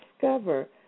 discover